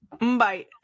Bye